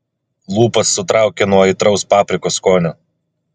lūpas sutraukė nuo aitraus paprikos skonio